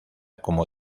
como